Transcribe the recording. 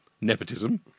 Nepotism